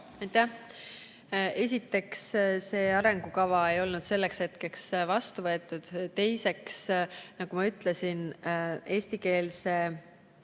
Esiteks, see arengukava ei olnud selleks hetkeks vastu võetud. Teiseks, nagu ma ütlesin, eestikeelse